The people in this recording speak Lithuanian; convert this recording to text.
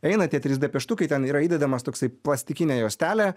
eina tie trys d pieštukai ten yra įdedamas toksai plastikinė juostelė